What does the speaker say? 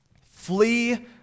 flee